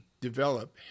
develop